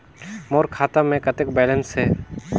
मोर खाता मे कतेक बैलेंस हे?